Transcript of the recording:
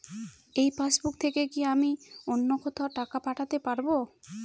এই পাসবুক থেকে কি আমি অন্য কোথাও টাকা পাঠাতে পারব?